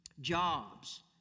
jobs